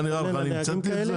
מה נראה לך שאני המצאתי את זה?